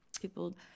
people